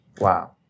Wow